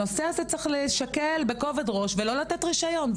הנושא הזה צריך להישקל בכובד ראש ולא לתת רישיון,